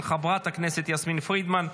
של חברת הכנסת יסמין פרידמן,